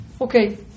Okay